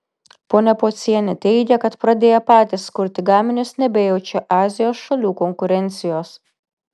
ponia pocienė teigia kad pradėję patys kurti gaminius nebejaučia azijos šalių konkurencijos